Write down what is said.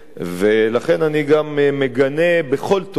ולכן אני גם מגנה בכל תוקף